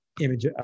image